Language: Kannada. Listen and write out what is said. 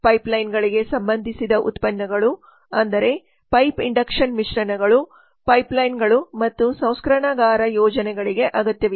ಪೈಪ್ಲೈನ್ಗಳಿಗೆ ಸಂಬಂಧಿಸಿದ ಉತ್ಪನ್ನಗಳು ಅಂದರೆ ಪೈಪ್ ಇಂಡಕ್ಷನ್ ಮಿಶ್ರಣಗಳು ಪೈಪ್ಲೈನ್ಗಳು ಮತ್ತು ಸಂಸ್ಕರಣಾಗಾರ ಯೋಜನೆಗಳಿಗೆ ಅಗತ್ಯವಿದೆ